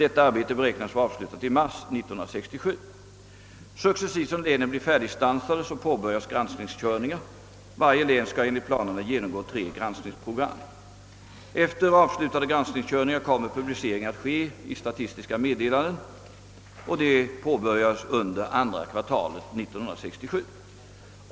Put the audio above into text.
Stansningen beräknas vara avslutad i slutet av mars 1967. Successivt som länen blir färdigstansade påbörjas granskningskörningar. Varje län skall enligt planerna genomgå tre granskningsprogram. Efter avslutade granskningskörningar kommer publicering att ske i Statistiska Meddelanden. Denna publicering påbörjas under andra kvartalet 1967.